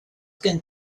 gen